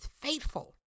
faithful